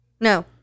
no